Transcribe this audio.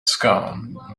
scone